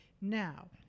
now